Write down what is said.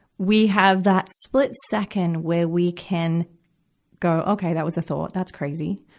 we have that split second where we can go, okay. that was a thought. that's crazy.